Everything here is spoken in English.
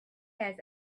has